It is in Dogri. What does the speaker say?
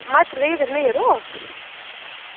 हिमाचलै गी गै चलने आं यरो